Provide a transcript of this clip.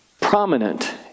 prominent